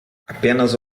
apenas